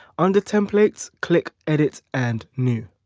under templates click edit and new.